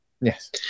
Yes